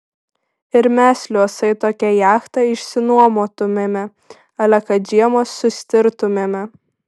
ir mes liuosai tokią jachtą išsinuomotumėme ale kad žiema sustirtumėme